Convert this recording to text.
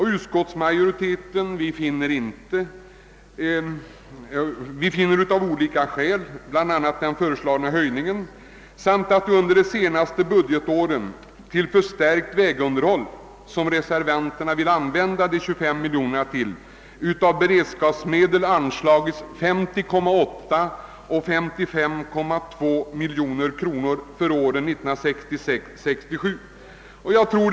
Vi i utskottsmajoriteten finner av olika skäl, bl.a. den av Kungl. Maj:t föreslagna höjningen, att reservanternas yrkande bör lämnas utan beaktande. En annan anledning är att till förstärkt vägunderhåll, vartill reservanterna vill använda de 25 miljonerna, har anslagits 50,8 och 55,2 miljoner kronor av beredskapsmedel för åren 1966 respektive 1967.